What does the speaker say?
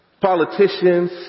politicians